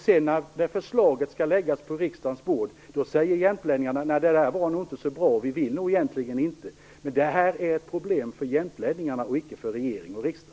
Men när förslaget sedan skall läggas på riksdagens bord säger jämtlänningarna att det nog inte var så bra och att man egentligen inte vill. Detta är ett problem för jämtlänningarna och inte för regering och riksdag.